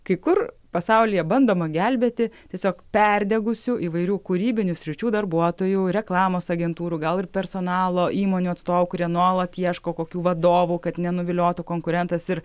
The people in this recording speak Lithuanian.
kai kur pasaulyje bandoma gelbėti tiesiog perdegusių įvairių kūrybinių sričių darbuotojų reklamos agentūrų gal ir personalo įmonių atstovų kurie nuolat ieško kokių vadovų kad nenuviliotų konkurentas ir